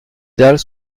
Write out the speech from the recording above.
dalles